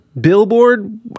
billboard